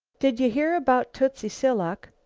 did ye hear about tootsie silock?